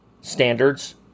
standards